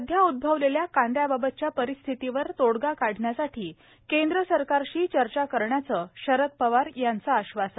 सध्या उद्गवलेल्या कांद्याबाबतच्या परिस्थितीवर तोडगा काढण्यासाठी केंद्र सरकारशी चर्चा करण्याचं शरद पवार यांचं आश्वासन